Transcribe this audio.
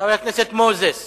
חבר הכנסת מנחם